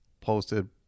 posted